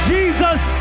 Jesus